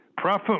Profit